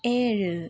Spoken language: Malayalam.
ഏഴ്